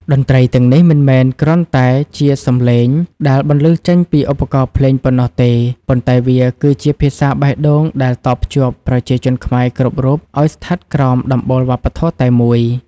តន្ត្រីទាំងនេះមិនមែនគ្រាន់តែជាសម្លេងដែលបន្លឺចេញពីឧបករណ៍ភ្លេងប៉ុណ្ណោះទេ ប៉ុន្តែវាគឺជាភាសាបេះដូងដែលតភ្ជាប់ប្រជាជនខ្មែរគ្រប់រូបឱ្យស្ថិតក្រោមដំបូលវប្បធម៌តែមួយ។